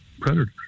predators